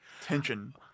tension